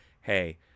hey